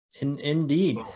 Indeed